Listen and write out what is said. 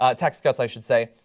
ah tax cuts, i should say.